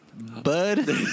bud